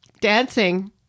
dancing